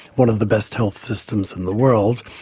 one of the best health systems in the world,